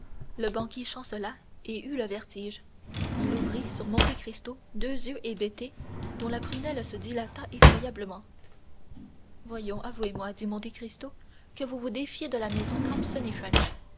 le banquier chancela et eut le vertige il ouvrit sur monte cristo deux yeux hébétés dont la prunelle se dilata effroyablement voyons avouez-moi dit monte cristo que vous vous défiez de la maison